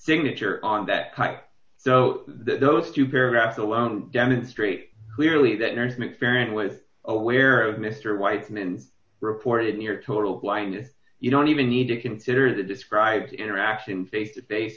signature on that type so those two paragraphs alone demonstrate clearly that nurse mcfarren was aware of mr white men reported near total blind you don't even need to consider the described interaction face to face